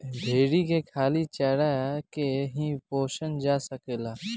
भेरी के खाली चारा के ही पोसल जा सकेला